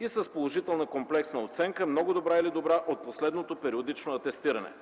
и с положителна комплексна оценка „много добра” или „добра” от последното периодично атестиране.”